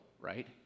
right